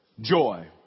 joy